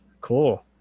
cool